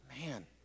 Man